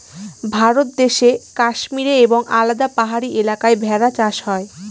ভারত দেশে কাশ্মীরে এবং আলাদা পাহাড়ি এলাকায় ভেড়া চাষ হয়